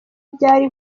byari